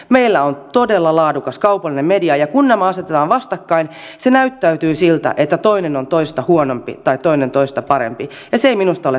meillä on todella laadukas kaupallinen media ja kun nämä asetetaan vastakkain se näyttää siltä että toinen on toista huonompi tai toinen toista parempi ja se ei minusta ole tarkoituksenmukaisuutta